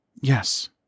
Yes